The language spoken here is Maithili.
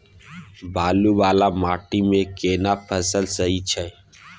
बालू वाला माटी मे केना फसल सही छै?